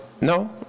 no